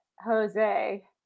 Jose